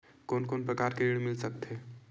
कोन कोन प्रकार के ऋण मिल सकथे?